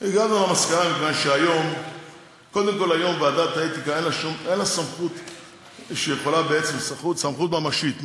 הגענו למסקנה בגלל שהיום אין לוועדת האתיקה בעצם סמכות ממשית,